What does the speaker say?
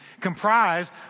comprise